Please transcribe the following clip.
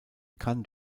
kann